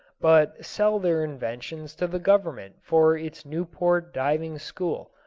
but sell their inventions to the government for its newport diving school,